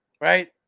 right